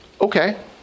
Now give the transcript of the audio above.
Okay